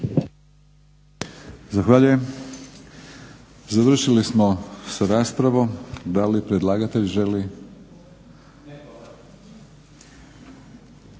Zahvaljujem. Završili smo sa raspravom. Da li predlagatelj želi?